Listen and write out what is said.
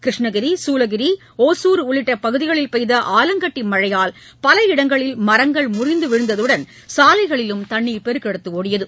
கிருஷ்ணகிரி சூலகிரி ஒசூர் உள்ளிட்ட பகுதிகளில் பெய்த ஆலங்கட்டி மழையால் பல இடங்களில் மரங்கள் முறிந்து விழுந்ததுடன் சாலைகளிலும் தண்ணீர் பெருக்கெடுத்து ஓடியது